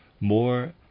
more